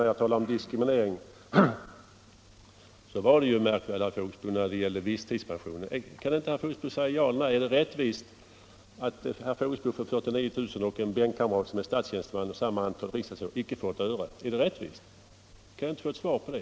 113 Herr Fågelsbo nämnde icke heller med ett ord visstidspensionen. Kan inte herr Fågelsbo svara ja eller nej på frågan om det är rättvist att herr Fågelsbo får 49 000 kr. medan en bänkkamrat, som är statstjänsteman med samma antal riksdagsår, icke får ett öre i sådan pension? Kan jag inte få ett svar på det?